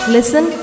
Listen